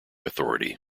authority